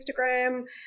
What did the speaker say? Instagram